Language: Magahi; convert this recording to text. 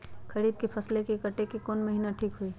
खरीफ के फसल के कटे के कोंन महिना हई?